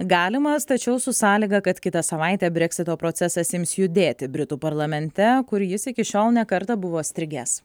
galimas tačiau su sąlyga kad kitą savaitę breksito procesas ims judėti britų parlamente kur jis iki šiol ne kartą buvo strigęs